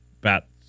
bat